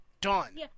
Done